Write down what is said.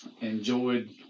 Enjoyed